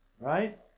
right